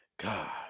God